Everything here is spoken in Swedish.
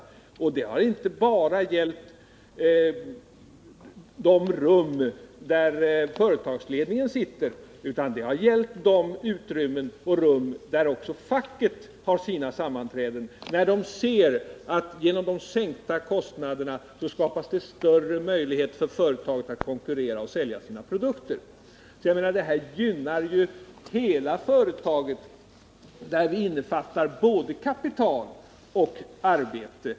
Och det resonemanget skall då inte tillämpas enbart när det gäller de rum där företagsledningen sitter, utan det gäller också för de utrymmen eller rum där facket har sina sammanträden. Alla ser att genom de sänkta kostnaderna skapas det större möjligheter för företaget att konkurrera och sälja sina produkter. Den här sänkningen av kostnaderna gynnar ju hela företaget, och då innefattar vi i det begreppet både kapital och arbete.